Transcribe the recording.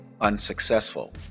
unsuccessful